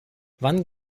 wann